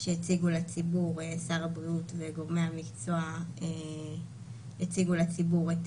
שר הבריאות וגורמי המקצוע הציגו לציבור את